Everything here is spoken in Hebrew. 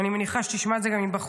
אני מניחה שתשמע את זה גם מבחוץ.